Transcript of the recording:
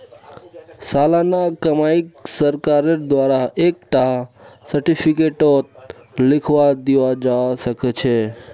सालाना कमाईक सरकारेर द्वारा एक टा सार्टिफिकेटतों लिखाल जावा सखछे